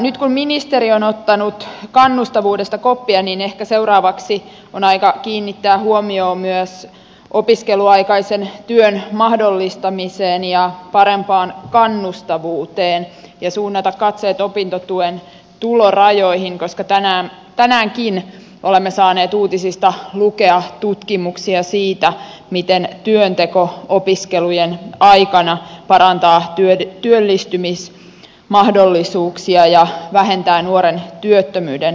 nyt kun ministeri on ottanut kannustavuudesta koppia niin ehkä seuraavaksi on aika kiinnittää huomiota myös opiskeluaikaisen työn mahdollistamiseen ja parempaan kannustavuuteen ja suunnata katseet opintotuen tulorajoihin koska tänäänkin olemme saaneet uutisista lukea tutkimuksia siitä miten työnteko opiskelujen aikana parantaa työllistymismahdollisuuksia ja vähentää nuoren työttömyyden riskiä